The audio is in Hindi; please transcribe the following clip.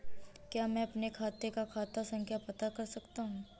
क्या मैं अपने खाते का खाता संख्या पता कर सकता हूँ?